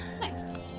nice